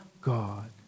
God